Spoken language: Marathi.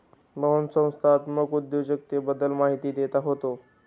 मोहन संस्थात्मक उद्योजकतेबद्दल माहिती देत होता